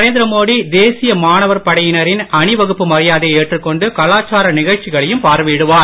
நரேந்திர மோடி தேசிய மாணவர் படையினரின் அணி வகுப்பு மரியாதையை ஏற்றுக்கொண்டு கலாச்சார நிகழ்ச்சிகளையும் பார்வையிடுவார்